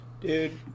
Dude